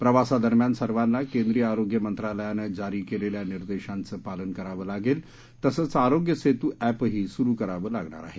प्रवासादरम्यान सर्वांना केंद्रीय आरोग्य मंत्रालयानं जारी केलेल्या निर्देशांचं पालन करावं लागेल तसंच आरोग्य सेतू अॅपही सुरु करावं लागणार आहे